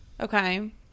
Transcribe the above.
Okay